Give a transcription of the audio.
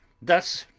thus,